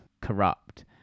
corrupt